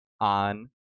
on